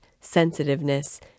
sensitiveness